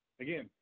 Again